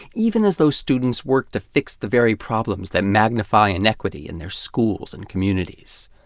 even as those students work to fix the very problems that magnify inequity in their schools and communities.